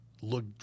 look